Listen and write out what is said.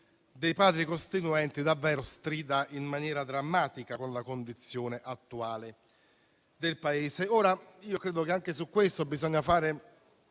dei Padri costituenti davvero stridano in maniera drammatica con la condizione attuale del Paese. Credo che anche su questo si debba fare